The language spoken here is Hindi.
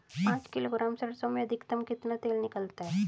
पाँच किलोग्राम सरसों में अधिकतम कितना तेल निकलता है?